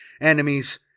enemies